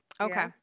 Okay